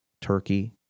Turkey